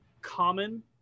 common